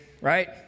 right